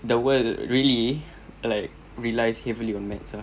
the world really like relies heavily on maths ah